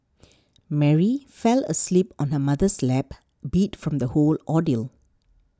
Mary fell asleep on her mother's lap beat from the whole ordeal